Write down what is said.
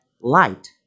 light